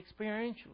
experientially